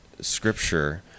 scripture